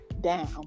down